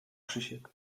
krzysiek